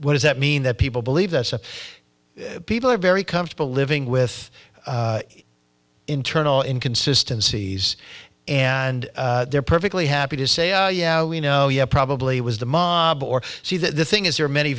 what does that mean that people believe that some people are very comfortable living with internal inconsistency and they're perfectly happy to say oh yeah we know yeah it probably was the mob or see the thing is there are many